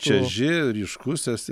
čeži ryškus esi